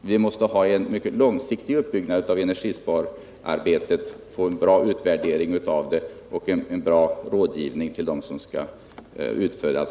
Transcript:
Vi måste ha en mycket långsiktig uppbyggnad av energispararbetet, få en bra utvärdering av detta och en bra rådgivning till fastighetsägarna.